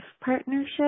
partnership